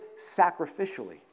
sacrificially